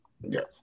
Yes